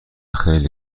خیلی